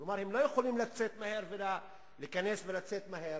כלומר, הם לא יכולים להיכנס ולצאת מהר,